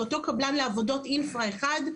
זה אותו קבלן לעבודות אינפרה 1,